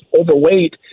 overweight